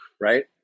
right